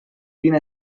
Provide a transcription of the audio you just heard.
vint